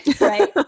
right